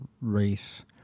race